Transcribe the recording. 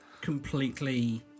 completely